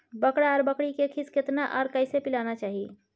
बछरा आर बछरी के खीस केतना आर कैसे पिलाना चाही?